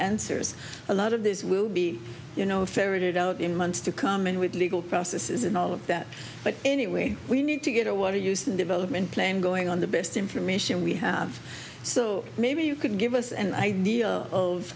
answers a lot of this will be you know ferret it out in months to come in with legal processes in all of that but anyway we need to get a word used in development claim going on the best information we have so maybe you can give us an idea of